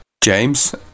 James